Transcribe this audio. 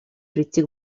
прийти